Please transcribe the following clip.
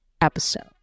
episode